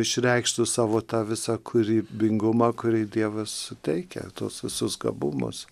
išreikštų savo tą visą kūrybingumą kurį dievas suteikia tuos visus gabumus